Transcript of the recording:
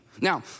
Now